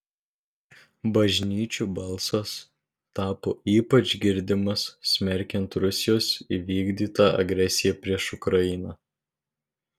bažnyčių balsas tapo ypač girdimas smerkiant rusijos įvykdytą agresiją prieš ukrainą